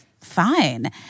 fine